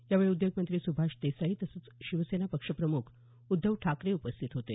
यावेळी उद्योगमंत्री सुभाष देसाई तसंच शिवसेना पक्षप्रमुख उद्धव ठाकरे उपस्थित होते